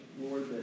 Lord